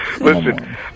Listen